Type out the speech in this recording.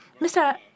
Mr